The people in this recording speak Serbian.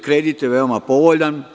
Kredit je veoma povoljan.